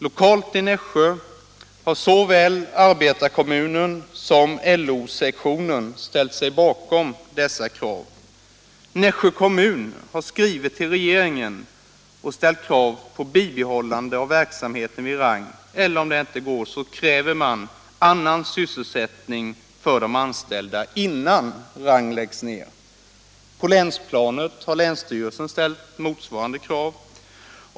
Lokalt i Nässjö har såväl arbetarkommunen som LO-sektionen ställt sig bakom dessa krav. Nässjö kommun har skrivit till regeringen och ställt krav på bibehållande av verksamheten vid Rang. Om det inte går, kräver man annan sysselsättning för de anställda innan Rang läggs ned. På länsplanet har länsstyrelsen ställt motsvarande krav.